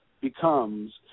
becomes –